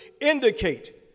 indicate